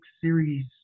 series